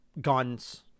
guns